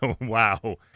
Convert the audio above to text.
Wow